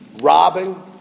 robbing